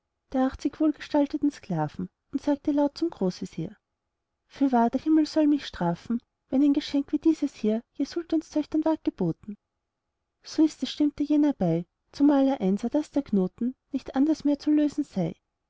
der achtzig wohlgestalten sklaven und sagte laut zum großvezier fürwahr der himmel soll mich strafen wenn ein geschenk wie dieses hier je sultanstöchtern ward geboten so ist es stimmte jener bei zumal er einsah daß der knoten nicht anders mehr zu lösen sei